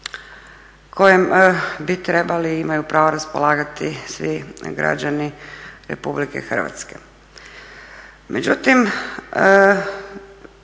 kojim bi trebali i imaju pravo raspolagati svi građani Republike Hrvatske.